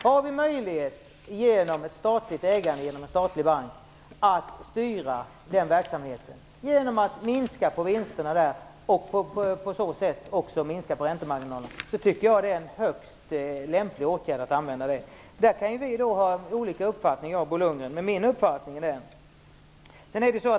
Har vi möjlighet genom ett statligt ägande, en statlig bank, att styra den verksamheten genom att minska vinsterna och på så sätt också minska räntemarginalerna tycker jag att det är en högst lämplig åtgärd att vidta. Jag och Bo Lundgren kan ha olika uppfattningar, men min uppfattning är denna.